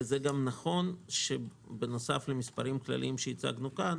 וגם נכון שבנוסף למספרים כלליים שהצגנו כאן